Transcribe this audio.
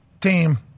team –